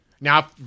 Now